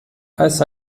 als